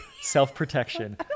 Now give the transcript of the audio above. self-protection